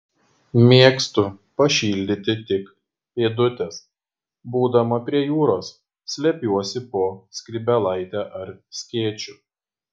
mėgstu pašildyti tik pėdutes būdama prie jūros slepiuosi po skrybėlaite ar skėčiu